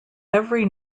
every